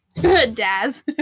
Daz